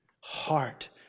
Heart